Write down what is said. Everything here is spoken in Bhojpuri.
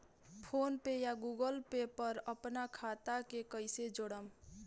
फोनपे या गूगलपे पर अपना खाता के कईसे जोड़म?